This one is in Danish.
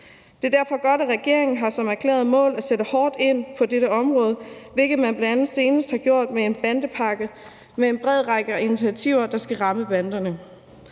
Det er derfor godt, at regeringen har som erklæret mål at sætte hårdt ind på dette område, hvilket man bl.a. senest har gjort med en bandepakke med en bred række af initiativer, der skal ramme banderne.